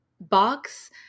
box